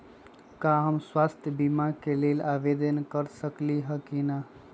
का हम स्वास्थ्य बीमा के लेल आवेदन कर सकली ह की न?